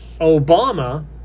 Obama